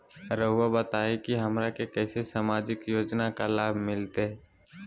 रहुआ बताइए हमरा के कैसे सामाजिक योजना का लाभ मिलते?